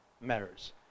matters